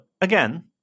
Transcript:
again